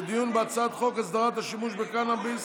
לדיון בהצעת חוק הסדרת השימוש בקנביס